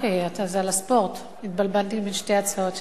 זה על הספורט, התבלבלתי בין שתי ההצעות שלי,